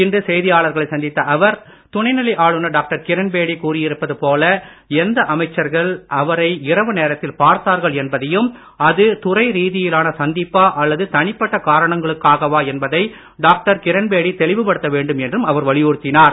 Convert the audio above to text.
இன்று செய்தியாளர்களை சந்தித்த அவர் துணைநிலை ஆளுநர் டாக்டர் கிரண்பேடி கூறியிருப்பது போல எந்த அமைச்சர்கள் அவரை இரவு நேரத்தில் பார்த்தார்கள் என்பதையும் அது துறை ரீதியிலான சந்திப்பா அல்லது தனிப்பட்ட காரணங்களுக்காகவா என்பதை டாக்டர் கிரண்பேடி தெளிவு படுத்த வேண்டும் என்றும் அவர் வலியுறுத்தினார்